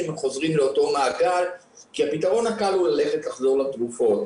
חוזרים לאותו מעגל כי פתרון הקל הוא לחזור לתרופות,